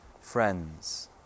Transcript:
friends